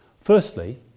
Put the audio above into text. Firstly